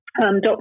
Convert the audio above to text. Dr